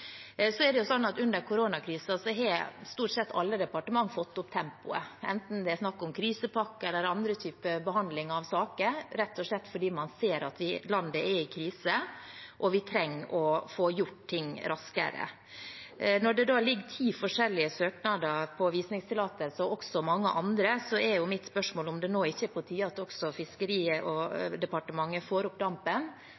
så det er en viktig attraksjon i vårt område. Under koronakrisen har stort sett alle departementer fått opp tempoet, enten det er snakk om krisepakker eller andre typer behandling av saker, rett og slett fordi man ser at landet er i krise, og at vi trenger å få gjort ting raskere. Når det da ligger ti forskjellige søknader på visningstillatelser, og også mange andre, er mitt spørsmål om det ikke nå er på tide at også